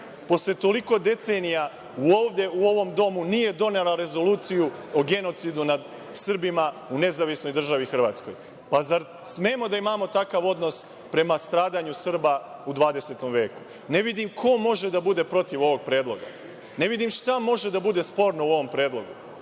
posle toliko decenija ovde u ovom domu nije donela rezoluciju o genocidu nad Srbima u Nezavisnoj državi Hrvatskoj? Zar smemo da imamo takav odnos prema stradanju Srba u 20. veku? Ne vidim ko može da bude protiv ovog predloga? Ne vidim šta može da bude sporno u ovom predlogu?